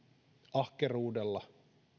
ahkeruudella